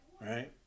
Right